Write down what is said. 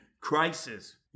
crisis